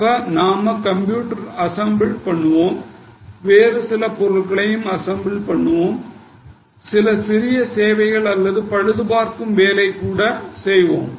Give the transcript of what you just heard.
அப்ப நாம கம்ப்யூட்டர அசெம்பிள் பண்ணுவோம் வேற சில பொருட்களையும் அசெம்பிள் பண்ணுவோம் சில சிறிய சேவைகள் அல்லது பழுதுபார்க்கும் வேலை கூட செய்வோம்